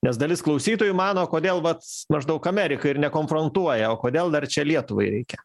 nes dalis klausytojų mano kodėl vat maždaug amerika ir nekonfrontuoja o kodėl dar čia lietuvai reikia